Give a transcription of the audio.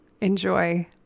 enjoy